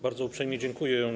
Bardzo uprzejmie dziękuję.